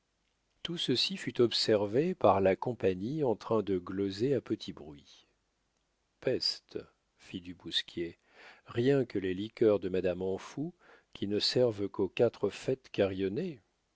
tout ceci fut observé par la compagnie en train de gloser à petit bruit peste fit du bousquier rien que les liqueurs de madame amphoux qui ne servent qu'aux quatre fêtes carillonnées